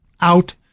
out